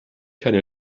keine